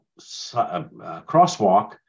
crosswalk